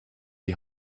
die